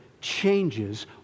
changes